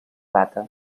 data